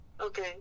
Okay